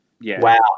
Wow